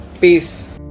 peace